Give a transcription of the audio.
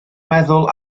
meddwl